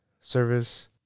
service